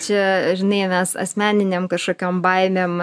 čia žinai mes asmeninėm kažkokiom baimėm